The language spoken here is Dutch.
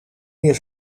meer